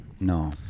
No